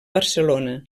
barcelona